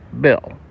bill